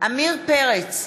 עמיר פרץ,